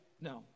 No